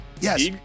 Yes